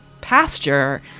pasture